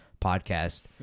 podcast